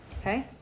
Okay